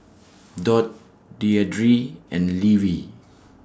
Dot Deidre and Levi